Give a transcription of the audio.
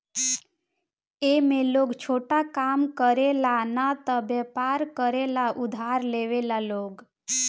ए में लोग छोटा काम करे ला न त वयपर करे ला उधार लेवेला लोग